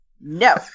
No